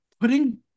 Putting